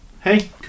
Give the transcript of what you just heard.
hey